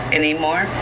anymore